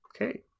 okay